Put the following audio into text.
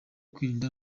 kwirinda